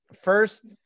first